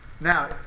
Now